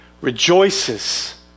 rejoices